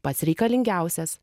pats reikalingiausias